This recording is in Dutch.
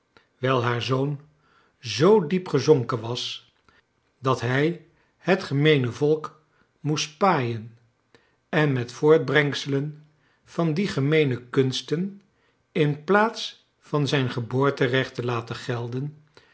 wijl haar zoon zoo diep gezonken was dat hij het gemeene volk moest paaien met voorlbrengselen van die gemeene kunsten in plaats van zijn geboorterecht te laten gelden